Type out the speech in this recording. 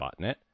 botnet